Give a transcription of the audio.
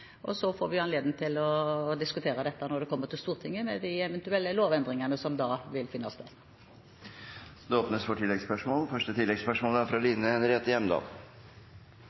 Så får vi anledning til å diskutere dette når saken kommer til Stortinget, med de eventuelle lovendringene. Det blir gitt anledning til oppfølgingsspørsmål – først Line Henriette Hjemdal. Det er